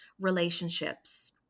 relationships